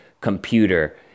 computer